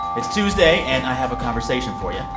it's tuesday, and i have a conversation for you.